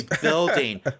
building